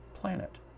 planet